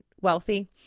wealthy